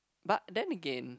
but then again